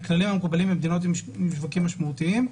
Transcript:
הכללים המקובלים במדינות עם שווקים משמעותיים.